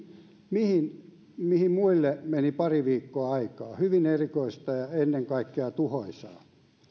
mihin muilla meni pari viikkoa aikaa hyvin erikoista ja ennen kaikkea tuhoisaa